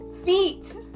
Feet